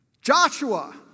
Joshua